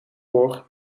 voor